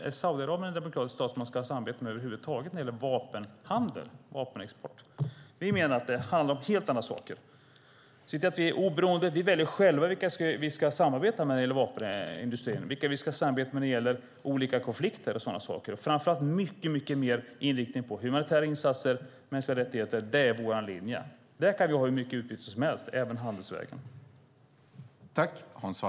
Är Saudiarabien en demokratisk stat som man över huvud taget ska ha ett samarbete med när det gäller vapenexport. Vi menar att det handlar om helt andra saker. Vi ska se till att vi är oberoende och själva väljer vilka vi ska samarbeta när det gäller vapenindustrin och vilka vi ska samarbeta med när det gäller olika konflikter och så vidare. Det ska framför allt vara mycket mer inriktning på humanitära insatser och mänskliga rättigheter. Det är vår linje. Där kan vi ha hur mycket utbyte som helst, även i fråga om handel.